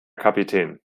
kapitän